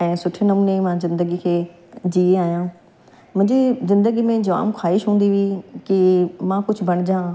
ऐं सुठे नमूने मां जिंदगी खे जी आहियां मुंहिंजे जिंदगी में जाम ख़्वाइशु हूंदी हुई की मां कुझु बणिजा